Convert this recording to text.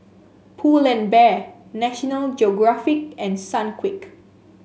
Pull and Bear National Geographic and Sunquick